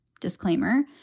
disclaimer